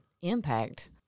impact